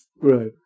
right